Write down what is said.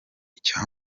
icya